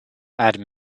add